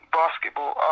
basketball